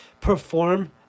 perform